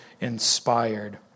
inspired